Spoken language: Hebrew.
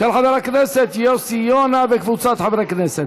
של חבר הכנסת יוסי יונה וקבוצת חברי הכנסת.